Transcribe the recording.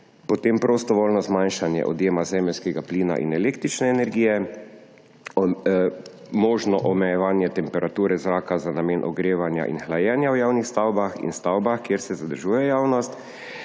potem prostovoljno zmanjšanje odjema zemeljskega plina in električne energije, možno omejevanje temperature zraka za namen ogrevanja in hlajenja v javnih stavbah in stavbah, kjer se zadržuje javnost,